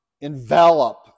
envelop